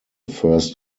first